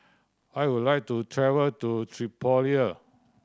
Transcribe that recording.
I would like to travel to Tripoli